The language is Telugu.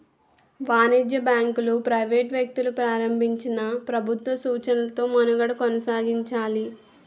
వాణిజ్య బ్యాంకులు ప్రైవేట్ వ్యక్తులు ప్రారంభించినా ప్రభుత్వ సూచనలతో మనుగడ కొనసాగించాలి